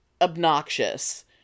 obnoxious